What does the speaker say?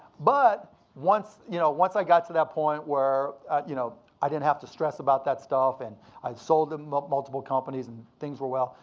but once you know once i got to that point where you know i didn't have to stress about that stuff and i'd sold um ah multiple companies and things were well,